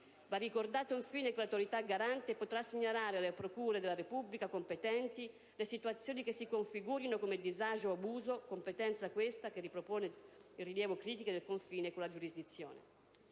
Va ricordato, infine, che l'Autorità garante potrà segnalare alle procure della Repubblica competenti le situazioni che si configurino come disagio o abuso, competenza questa che ripropone il rilievo critico del confine con la giurisdizione.